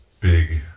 big